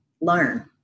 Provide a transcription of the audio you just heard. learn